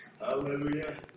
Hallelujah